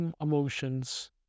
emotions